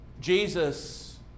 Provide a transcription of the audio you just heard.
Jesus